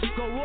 go